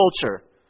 culture